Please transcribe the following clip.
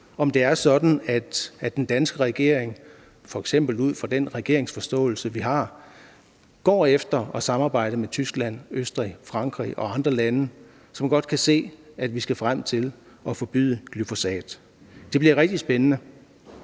om det er sådan, at den danske regering, f.eks. ud fra den regeringsforståelse, vi har, går efter at samarbejde med Tyskland, Østrig, Frankrig og andre lande, som godt kan se, at man skal nå frem til at forbyde glyfosat. Det bliver rigtig spændende.